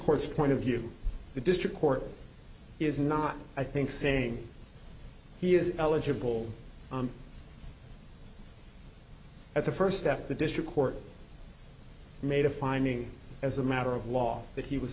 court's point of view the district court is not i think saying he is eligible at the first step the district court made a finding as a matter of law that he was